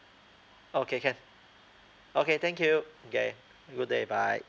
okay can okay thank you okay good day bye